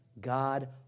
God